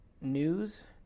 news